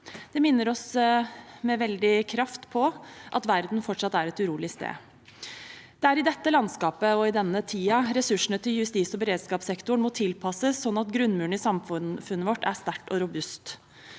Det minner oss med veldig kraft på at verden fortsatt er et urolig sted. Det er i dette landskapet og i denne tiden ressursene til justis- og beredskapssektoren må tilpasses, sånn at grunnmuren i samfunnet vårt er sterk og robust.